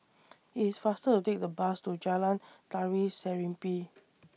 IT IS faster to Take The Bus to Jalan Tari Serimpi